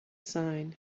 sign